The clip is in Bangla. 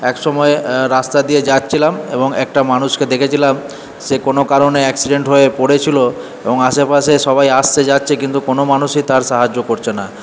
এক সময় রাস্তা দিয়ে যাচ্ছিলাম এবং একটা মানুষকে দেখেছিলাম সে কোনো কারণে অ্যাক্সিডেন্ট হয়ে পড়েছিলো এবং আশেপাশে সবাই আসছে যাচ্ছে কিন্তু কোনো মানুষই তার সাহায্য করছে না